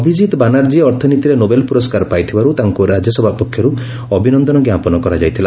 ଅଭିଜିତ ବାନାର୍ଜୀ ଅର୍ଥନୀତିରେ ନୋବେଲ ପୁରସ୍କାର ପାଇଥିବାରୁ ତାଙ୍କୁ ରାଜ୍ୟସଭା ପକ୍ଷରୁ ଅଭିନନ୍ଦନ ଜ୍ଞାପନ କରାଯାଇଥିଲା